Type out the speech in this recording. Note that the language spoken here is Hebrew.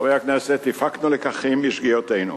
חברי הכנסת, הפקנו לקחים משגיאותינו,